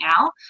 now